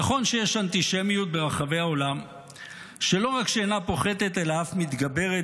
נכון שיש אנטישמיות ברחבי העולם שלא רק שלא פוחתת אלא אף מתגברת,